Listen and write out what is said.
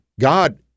God